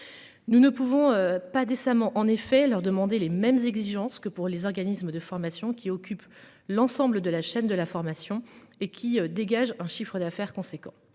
Nous ne pouvons pas décemment en effet leur demander les mêmes exigences que pour les organismes de formation qui occupe l'ensemble de la chaîne de la formation et qui dégage un chiffre d'affaires conséquent.